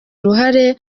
uruhare